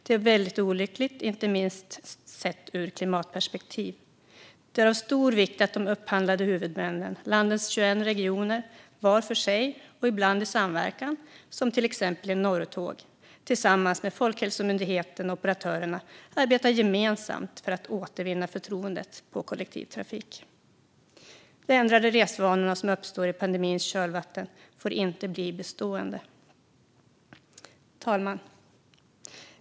Det är väldigt olyckligt, inte minst sett ur ett klimatperspektiv. Det är av stor vikt att de upphandlande huvudmännen, landets 21 regioner, var för sig och ibland i samverkan som till exempel Norrtåg arbetar gemensamt med Folkhälsomyndigheten och operatörerna för att återvinna förtroendet för kollektivtrafik. De ändrade resvanor som uppstår i pandemins kölvatten får inte bli bestående. Fru talman!